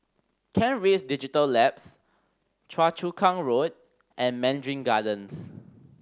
Kent Ridge Digital Labs Choa Chu Kang Road and Mandarin Gardens